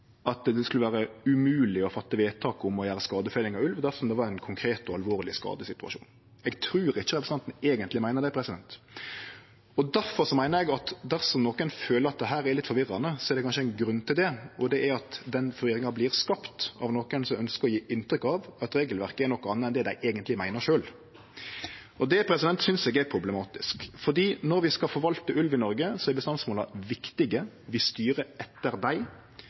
det vere umogleg å fatte vedtak om å gjere skadefelling av ulv dersom det var ein konkret og alvorleg skadesituasjon. Eg trur ikkje representanten eigentleg meiner det. Difor meiner eg at dersom nokon føler at dette er litt forvirrande, er det kanskje ein grunn til det, og det er at den forvirringa vert skapt av nokon som ønskjer å gje inntrykk av at regelverket er noko anna enn det dei eigentleg meiner sjølve. Det synest eg er problematisk. For når vi skal forvalte ulv i Noreg, er bestandsmåla viktige, vi styrer etter